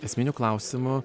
esminių klausimų